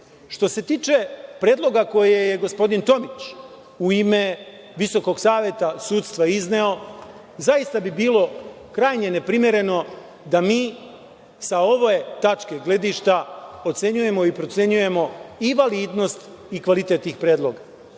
se tiče predloga koje je gospodin Tomić u ime VSS izneo, zaista bi bilo krajnje neprimereno da mi sa ove tačke gledišta ocenjujemo i procenjujemo i validnost i kvalitet tih predloga.